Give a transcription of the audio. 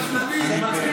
חכה שנייה.